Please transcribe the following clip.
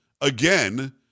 again